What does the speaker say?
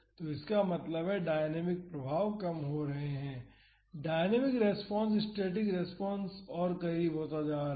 तो इसका मतलब है डायनामिक प्रभाव कम हो रहे हैं डायनामिक रेस्पॉन्स स्टैटिक रेस्पॉन और करीब होता जा रहा है